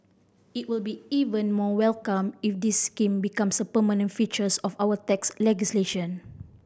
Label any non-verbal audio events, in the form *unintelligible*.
it will be even more welcomed if this scheme becomes a permanent features of our tax *unintelligible*